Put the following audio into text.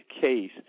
case